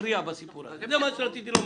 מכריע בסיפור הזה, זה מה שרציתי לומר.